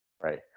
Right